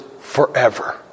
forever